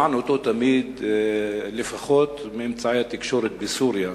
שמענו אותו תמיד, לפחות מאמצעי התקשורת בסוריה.